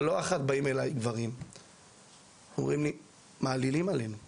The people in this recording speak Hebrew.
לא אחת באים אליי גברים שאומרים לי שמעלילים עליהם ומשקרים.